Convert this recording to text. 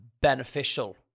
beneficial